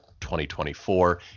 2024